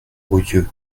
odieux